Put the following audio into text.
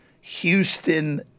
Houston